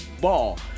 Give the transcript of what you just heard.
ball